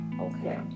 Okay